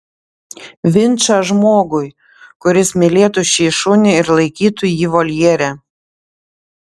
vinčą žmogui kuris mylėtų šį šunį ir laikytų jį voljere